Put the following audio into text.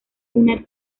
una